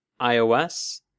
iOS